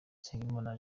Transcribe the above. nsengimana